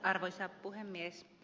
arvoisa puhemies